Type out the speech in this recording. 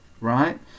right